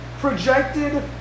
projected